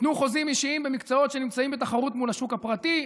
תנו חוזים אישיים במקצועות שנמצאים בתחרות מול השוק הפרטי.